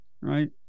right